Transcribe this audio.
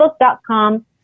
Facebook.com